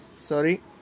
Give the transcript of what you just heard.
sorry